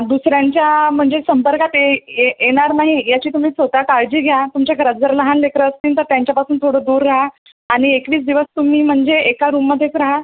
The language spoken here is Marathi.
दुसऱ्यांच्या म्हणजे संपर्कात ये ये येणार नाही याची तुम्ही स्वतः काळजी घ्या तुमच्या घरात जर लहान लेकरं असतील तर त्यांच्यापासून थोडं दूर रहा आणि एकवीस दिवस तुम्ही म्हणजे एका रूममध्येच रहा